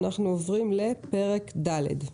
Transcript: אנחנו עוברים לפרק ד'.